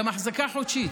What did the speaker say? גם אחזקה חודשית,